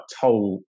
told